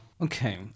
okay